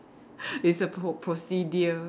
it's a pro~ procedure